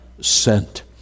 sent